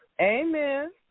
Amen